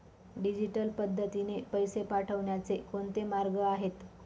Digital पद्धतीने पैसे पाठवण्याचे कोणते मार्ग आहेत?